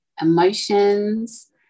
emotions